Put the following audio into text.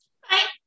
Hi